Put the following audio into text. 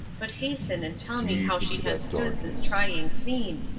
but hasten and tell me how she has stood this trying scene,